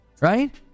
Right